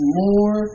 more